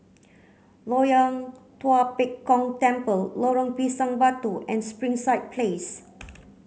Loyang Tua Pek Kong Temple Lorong Pisang Batu and Springside Place